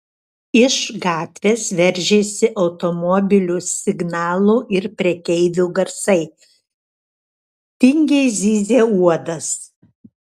iš gatvės veržėsi automobilių signalų ir prekeivių garsai tingiai zyzė uodas